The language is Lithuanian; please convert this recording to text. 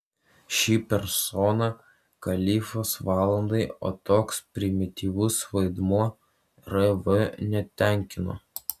ši persona kalifas valandai o toks primityvus vaidmuo rv netenkino